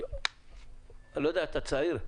אתה צעיר.